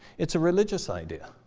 it's a religious idea.